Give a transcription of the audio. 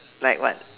like what